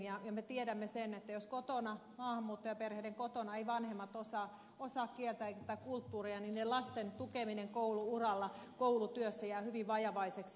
ja me tiedämme sen että jos maahanmuuttajaperheiden kotona eivät vanhemmat osaa kieltä tai kulttuuria lasten tukeminen koulu uralla koulutyössä jää hyvin vajavaiseksi